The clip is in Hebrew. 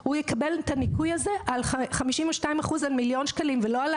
הוא יקבל את הניכוי של ה-52% על מיליון ₪,